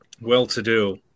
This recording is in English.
well-to-do